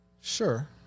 Sure